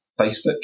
Facebook